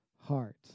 heart